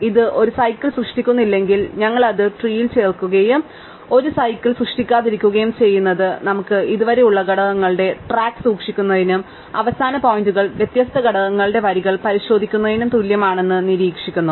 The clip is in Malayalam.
ഇത് ഒരു സൈക്കിൾ സൃഷ്ടിക്കുന്നില്ലെങ്കിൽ ഞങ്ങൾ അത് ട്രീസിൽ ചേർക്കുകയും ഒരു സൈക്കിൾ സൃഷ്ടിക്കാതിരിക്കുകയും ചെയ്യുന്നത് നമുക്ക് ഇതുവരെ ഉള്ള ഘടകങ്ങളുടെ ട്രാക്ക് സൂക്ഷിക്കുന്നതിനും അവസാന പോയിന്റുകൾ വ്യത്യസ്ത ഘടകങ്ങളുടെ വരികൾ പരിശോധിക്കുന്നതിനും തുല്യമാണെന്ന് ഞങ്ങൾ നിരീക്ഷിക്കുന്നു